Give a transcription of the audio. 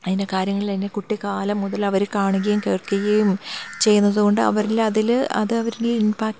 അതിൻ്റെ കാര്യങ്ങൾ കുട്ടിക്കാലം മുതൽ അവർ കാണുകയും കേൾക്കുകയും ചെയ്യുന്നത് കൊണ്ട് അവരിൽ അതിൽ അത് അവരിൽ ഇൻപാക്ട്